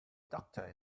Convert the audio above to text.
doctor